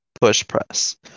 push-press